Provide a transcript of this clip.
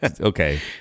okay